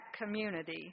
community